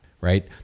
Right